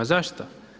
Zašto?